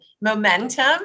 momentum